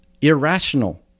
irrational